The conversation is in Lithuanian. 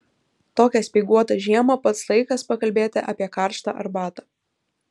tokią speiguotą žiemą pats laikas pakalbėti apie karštą arbatą